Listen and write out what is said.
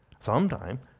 sometime